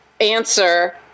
answer